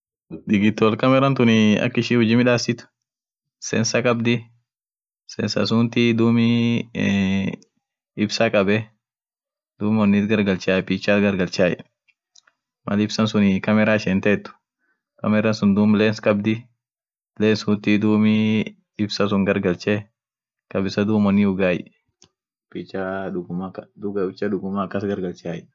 Frizanii ak ishin huji midaasit ,frizanii wokabaneesiti, won kabanootu woishin sagalea au bisaani hinkabaneesitie ak ishin ihamaan won sun won ak muda ak masaa sadii mal kaskaeniet mal kaban sun isheentet, woishin sagalea ama woishin bisaani hinkabanooti, aminenii woishin won dibi kasiit olkaayenonan ak guya dibi tumienoan haraka ihamaatu wonsuunen